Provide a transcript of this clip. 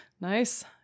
Nice